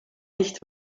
nicht